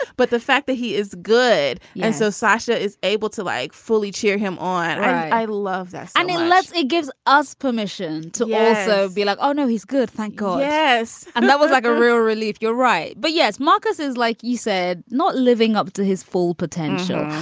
but the fact that he is good. yeah and so sasha is able to, like, fully cheer him on. i love this i mean, leslie gives us permission to so be like, oh, no, he's good. thank god. yes. and that was like a real relief. you're right but, yes, marcus is, like you said, not living up to his full potential,